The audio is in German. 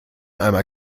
einmal